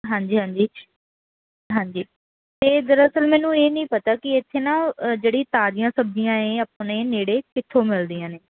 ਹਾਂਜੀ ਹਾਂਜੀ ਹਾਂਜੀ ਅਤੇ ਦਰਅਸਲ ਮੈਨੂੰ ਇਹ ਨਹੀਂ ਪਤਾ ਕਿ ਇੱਥੇ ਨਾ ਜਿਹੜੀ ਤਾਜ਼ੀਆਂ ਸਬਜ਼ੀਆਂ ਏ ਆਪਣੇ ਨੇੜੇ ਕਿੱਥੋਂ ਮਿਲਦੀਆਂ ਨੇ